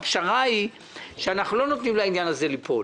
הפשרה היא שאנחנו לא נותנים לעניין הזה ליפול,